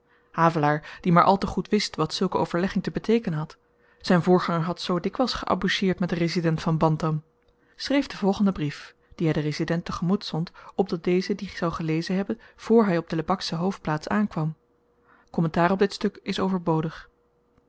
havelaar die maar al te goed wist wat zulke overlegging te beteekenen had zyn voorganger had zoo dikwyls geaboucheerd met den resident van bantam schreef den volgenden brief dien hy den resident te-gemoet zond opdat deze dien zou gelezen hebben voor hy op de lebaksche hoofdplaats aankwam kommentaar op dit stuk is overbodig